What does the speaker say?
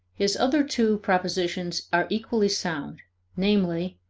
his other two propositions are equally sound namely,